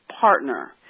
partner